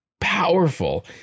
powerful